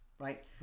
Right